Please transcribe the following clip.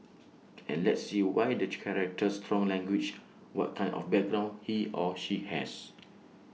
and let's see why the character strong language what kind of background he or she has